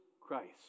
Christ